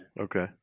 Okay